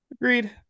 Agreed